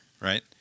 right